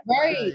right